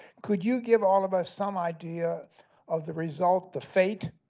could you give all of us some idea of the result, the fate,